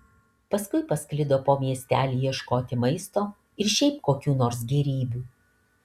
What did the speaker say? paskui pasklido po miestelį ieškoti maisto ir šiaip kokių nors gėrybių